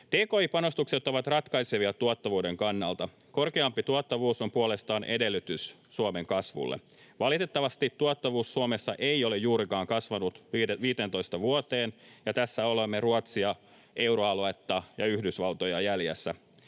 Tki-panostukset ovat ratkaisevia tuottavuuden kannalta. Korkeampi tuottavuus on puolestaan edellytys Suomen kasvulle. Valitettavasti tuottavuus Suomessa ei ole juurikaan kasvanut 15 vuoteen, ja tässä olemme Ruotsia, euroaluetta ja Yhdysvaltoja jäljessä.